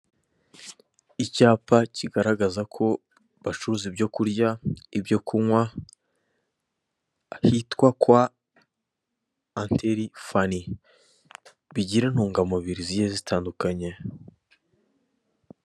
Icyapa kigaragaza ko bacuruza ibyo kurya, ibyo kunywa hitwa kwa Antheri Fanny bigira intungamubiri zigiye zitandukanye.